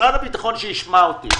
משרד הביטחון, שישמע אותי.